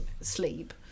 sleep